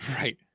Right